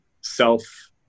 self